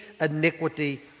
iniquity